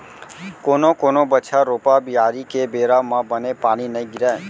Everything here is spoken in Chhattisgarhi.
कोनो कोनो बछर रोपा, बियारी के बेरा म बने पानी नइ गिरय